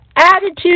Attitude